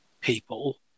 people